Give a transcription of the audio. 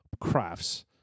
crafts